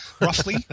roughly